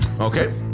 Okay